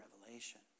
revelation